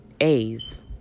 a's